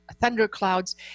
thunderclouds